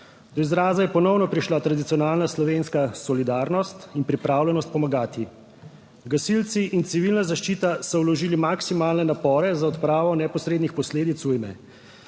Do izraza je ponovno prišla tradicionalna slovenska solidarnost in pripravljenost pomagati. Gasilci in civilna zaščita so vložili maksimalne napore za odpravo neposrednih posledic ujme.